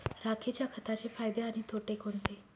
राखेच्या खताचे फायदे आणि तोटे कोणते?